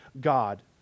God